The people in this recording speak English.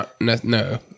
No